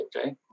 okay